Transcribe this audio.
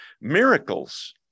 miracles